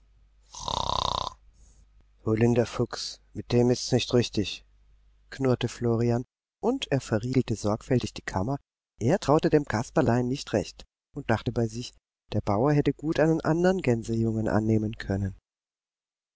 der fuchs mit dem ist's nicht richtig knurrte florian und er verriegelte sorgfältig die kammer er traute dem kasperlein nicht recht und dachte bei sich der bauer hätte gut einen andern gänsejungen annehmen können